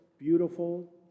beautiful